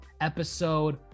episode